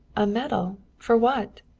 a medal? for what?